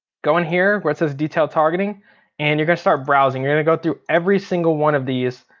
go in here where it says detail targeting and you're gonna start browsing. you're gonna go through every single one of these.